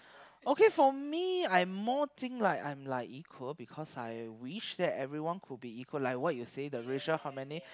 okay for me I more think like I'm like equal because I wish that everyone could be equal like what you said the racial harmony